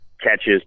catches